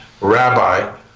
rabbi